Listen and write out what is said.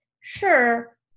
sure